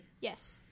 Yes